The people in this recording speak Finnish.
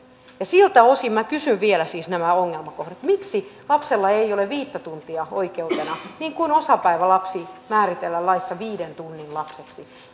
ja siltä osin minä kysyn vielä siis nämä ongelmakohdat miksi lapsella ei ole viittä tuntia oikeutena niin kuin osapäivälapsi määritellään laissa viiden tunnin lapseksi